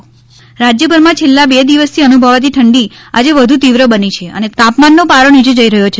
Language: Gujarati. ઠંડીનો પારો રાજયભરમાં છેલ્લા બે દિવસથી અનુભવાતી ઠંડી આજે વધુ તીવ્ર બની છે અને તાપમાનનો પારો નીચે જઈ રહ્યો છે